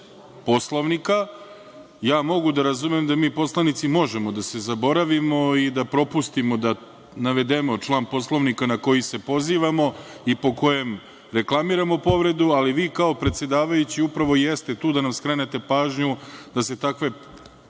Poslovnika. Mogu da razumem da mi poslanici možemo da se zaboravimo i da propustimo da navedemo član Poslovnika na koji se pozivamo i po kojem reklamiramo povredu, ali vi kao predsedavajući upravo jeste tu da nam skrenete pažnju da se takvi